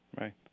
Right